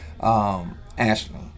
Ashley